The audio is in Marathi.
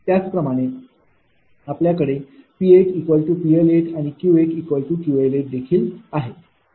त्याचप्रमाणे आपल्याकडे 𝑃𝑃𝐿 आणि 𝑄𝑄𝐿 देखील आहे